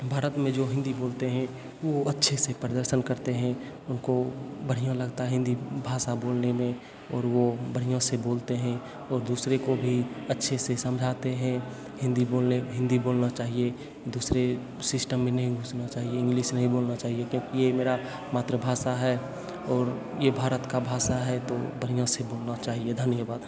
भारत में जो हिंदी बोलते हैं वो अच्छे से प्रदर्शन करते हैं उनको बढ़िया लगता है हिंदी भाषा बोलने में और वो बढ़िया से बोलते हैं और दूसरे को भी अच्छे से समझाते हैं हिंदी बोलना हिंदी बोलना चाहिए दूसरे सिस्टम मीनिंग उसमें चाहिए इंग्लिश नहीं बोलना चाहिए क्योंकि ये मेरा मातृभाषा है और यह भारत का भाषा है तो बढ़िया से बोलना चाहिए धन्यवाद